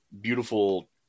beautiful